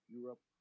Europe